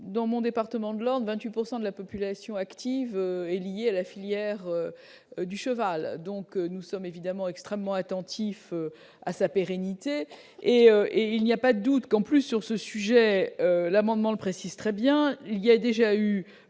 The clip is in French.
dans mon département de l'Orne 28 pourcent de la population active est lié à la filière du cheval, donc nous sommes évidemment extrêmement attentif à sa pérennité et et il n'y a pas de doute qu'en plus, sur ce sujet, l'amendement le précise, très bien, il y a déjà eu